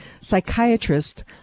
psychiatrist